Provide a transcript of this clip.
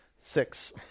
six